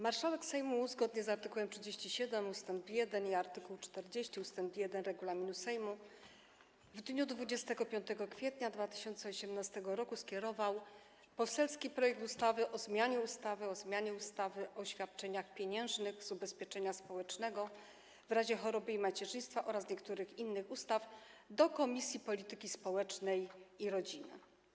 Marszałek Sejmu zgodnie z art. 37 ust. 1 i art. 40 ust. 1 regulaminu Sejmu w dniu 25 kwietnia 2018 r. skierował poselski projekt ustawy o zmianie ustawy o zmianie ustawy o świadczeniach pieniężnych z ubezpieczenia społecznego w razie choroby i macierzyństwa oraz niektórych innych ustaw do Komisji Polityki Społecznej i Rodziny.